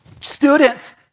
Students